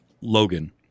Logan